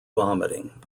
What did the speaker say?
vomiting